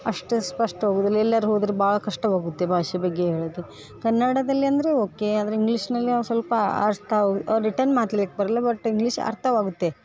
ಅಷ್ಟು ಸ್ಪಷ್ಟ ಆಗುವು ದಿಲ್ಲ ಎಲ್ಲಾರೂ ಹೋದ್ರೆ ಭಾಳ ಕಷ್ಟವಾಗುತ್ತೆ ಭಾಷೆ ಬಗ್ಗೆ ಹೇಳಿದ್ದು ಕನ್ನಡದಲ್ಲಿ ಅಂದರೆ ಓಕೆ ಆದರೆ ಇಂಗ್ಲೀಷ್ನಲ್ಲಿ ಒಂದು ಸ್ವಲ್ಪ ಅರ್ಥ ರಿಟರ್ನ್ ಮಾತಾಡ್ಲಿಕ್ಕೆ ಬರಲ್ಲ ಬಟ್ ಇಂಗ್ಲೀಷ್ ಅರ್ಥವಾಗುತ್ತೆ